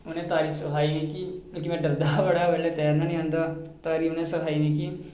उ'नें तारी सखाई मिकी मिकी मैं डरदा हा बड़ा तैरना नी आंदा हा तारी उ'नें सखाई मिकी